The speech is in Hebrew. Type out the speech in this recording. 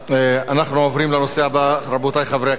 רבותי חברי הכנסת,